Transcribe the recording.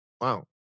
Wow